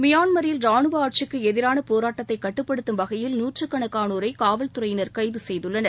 மியான்மரில் ரானுவ ஆட்சிக்கு எதிரான போராட்டத்தை கட்டுப்படுத்தும் வகையில் நூற்றுக்கணக்கானோரை காவல்துறையினர் கைது செய்துள்ளனர்